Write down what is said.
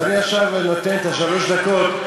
אז עכשיו אני נותן את שלוש הדקות,